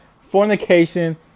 fornication